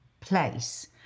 place